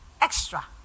extra